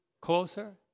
closer